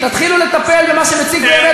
אין לנו תוקף מוסרי להצליח בשום דבר,